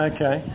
Okay